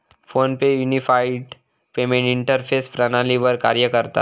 phone पे unified payment interface प्रणालीवर कार्य करता